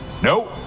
Nope